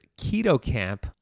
KETOCAMP